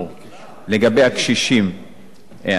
לגבי הקשישים אנחנו יודעים.